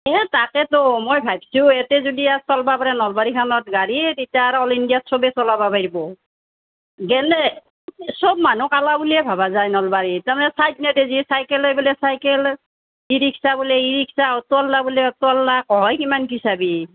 সেই তাকেতো মই ভাবিছোঁ ইয়াতে যদি আৰু চলাব পাৰে নলবাৰীখনত গাড়ী তেতিয়া আৰু অল ইণ্ডিয়াত চবে চলাব পাৰিব গেলে চব মানুহ কলা বুলিয়ে ভবা যায় নলবাৰীত তাৰমানে ছাইড নিদিয়ে যে লৈ পেলাই চাইকেল ই ৰিক্সা বোলে ই ৰিক্সা অ'টোৱালা বোলে অ'টোৱালা হয় কিমান কি চাবি